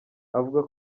avuga